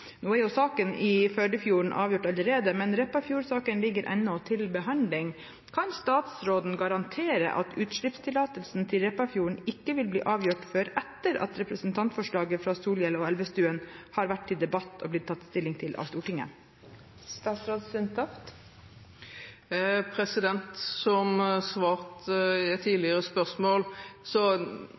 Nå er jo saken i Førdefjorden avgjort allerede, men Repparfjordsaken ligger ennå til behandling. Kan statsråden garantere at utslippstillatelsen til Repparfjorden ikke vil bli avgjort før etter at representantforslaget fra Solhjell og Elvestuen har vært til debatt og blitt tatt stilling til av Stortinget? Som svart på et tidligere spørsmål: